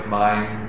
mind